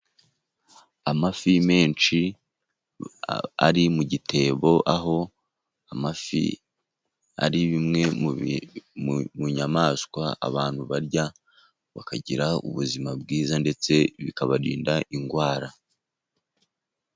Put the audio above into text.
Amafi menshi ari mu gitebo. Aho amafi ari bimwe mu nyamaswa abantu barya, bakagira ubuzima bwiza ndetse bikabarinda indwara.